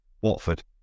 Watford